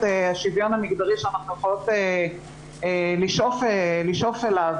השוויון המגדרי שאנחנו יכולות לשאוף אליו